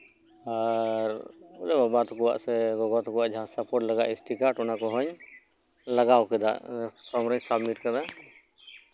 ᱟᱨ ᱡᱟᱦᱟᱸ ᱜᱚᱜᱚ ᱛᱟᱠᱚᱣᱟᱜ ᱥᱮ ᱵᱟᱵᱟ ᱛᱟᱠᱚᱣᱟᱜ ᱮᱥ ᱴᱤ ᱠᱟᱨᱰ ᱚᱱᱟ ᱠᱚᱦᱚᱧ ᱞᱟᱜᱟᱣ ᱠᱮᱫᱟ ᱯᱷᱨᱚᱢ ᱨᱤᱧ ᱥᱟᱵᱽᱢᱤᱴ ᱠᱟᱫᱟ